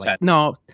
no